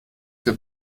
der